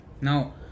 now